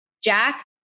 jack